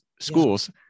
schools